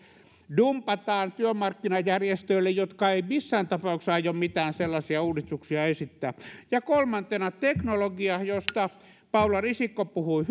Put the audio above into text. dumpataan työmarkkinajärjestöille jotka eivät missään tapauksessa aio mitään sellaisia uudistuksia esittää ja kolmantena teknologia josta paula risikko puhui